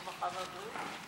הרווחה והבריאות?